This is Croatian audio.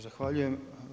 Zahvaljujem.